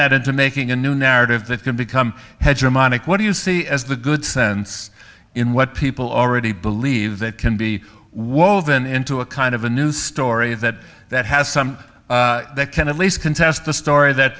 that into making a new narrative that can become hedger monic what do you see as the good sense in what people already believe that can be woven into a kind of a new story that that has some that can at least contest the story that